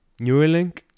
Neuralink